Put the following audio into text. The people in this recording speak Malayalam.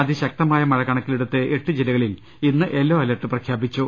അതിശക്തമായ മഴ കണക്കിലെടുത്ത് എട്ട് ജില്ലകളിൽ ഇന്ന് യെല്ലോ അലർട്ട് പ്രഖ്യാപിച്ചു